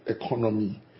economy